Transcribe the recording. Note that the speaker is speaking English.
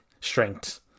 strength